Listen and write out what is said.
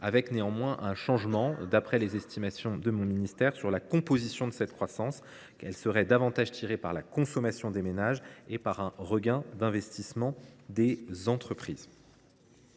sujet. Néanmoins, toujours d’après les estimations de mon ministère, la composition de cette croissance devrait évoluer : elle serait davantage tirée par la consommation des ménages et par un regain d’investissement des entreprises.